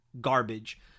garbage